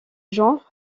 genre